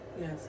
Yes